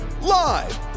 live